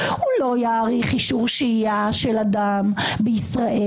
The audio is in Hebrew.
לא יאריך אישור שהייה של אדם בישראל,